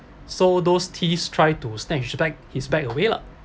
so those thief try to snatch his bag his bag away lah